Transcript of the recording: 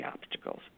obstacles